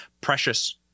precious